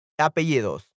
apellidos